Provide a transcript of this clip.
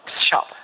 shop